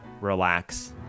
relax